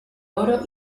oro